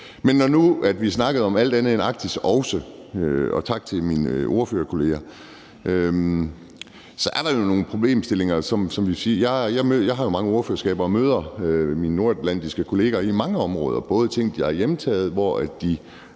Men når nu vi også snakker om alt andet end Arktis – og tak til mine ordførerkolleger – så er der jo nogle problemstillinger, må vi sige. Jeg har mange ordførerskaber og møder mine nordatlantiske kollegaer på mange områder. Det er på områder, der er hjemtaget, hvor de